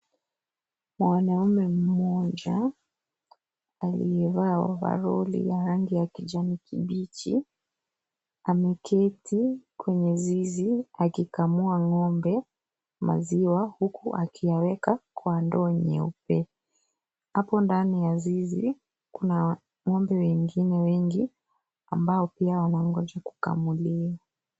Mwanaume mmoja aliyevaa ovaloli ya rangi ya kijani kibichi, ameketi kwenye zizi akikamua ng'ombe maziwa akiyaweka kwa ndoo nyeupe, hapo ndani ya zizi na ng'ombe wengine wengi ambao pia wanangoja kukamwa.